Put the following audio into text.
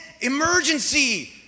emergency